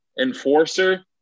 enforcer